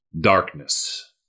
darkness